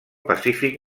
pacífic